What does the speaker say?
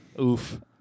Oof